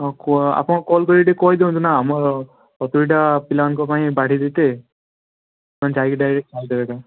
ହଁ କୁହ ଆପଣ କଲ୍ କରିକି ଟିକେ କହିଦିଅନ୍ତୁ ନା ଆମର ସତୁରୀଟା ପିଲାଙ୍କ ପାଇଁ ବାଢ଼ି ଦେଇତେ ସେମାନେ ଯାଇକି ଡାଇରେକ୍ଟ ଖାଇଦେବେ ଏକା